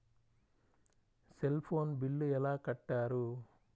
Cell phone bill ఎలా కట్టారు?